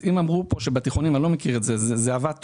אם אמרו כאן שבתיכונים אני לא מכיר את זה זה עבד טוב,